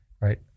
right